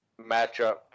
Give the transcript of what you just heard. matchup